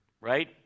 right